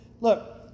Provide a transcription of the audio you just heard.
Look